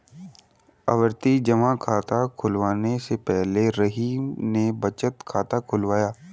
आवर्ती जमा खाता खुलवाने से पहले रहीम ने बचत खाता खुलवाया